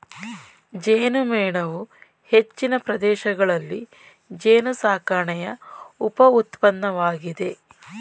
ಜೇನುಮೇಣವು ಹೆಚ್ಚಿನ ಪ್ರದೇಶಗಳಲ್ಲಿ ಜೇನುಸಾಕಣೆಯ ಉಪ ಉತ್ಪನ್ನವಾಗಿದೆ